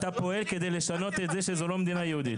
אתה פועל כדי לשנות את זה שזו לא מדינה יהודית.